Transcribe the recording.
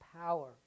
power